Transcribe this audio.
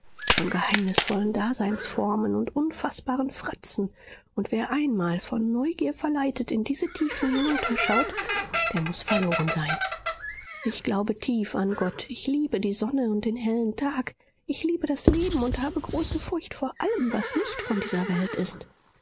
von geheimnisvollen daseinsformen und unfaßbaren fratzen und wer einmal von neugier verleitet in diese tiefen hinunterschaut der muß verloren sein ich glaube tief an gott ich liebe die sonne und den hellen tag ich liebe das leben und habe große furcht vor allem was nicht von dieser welt ist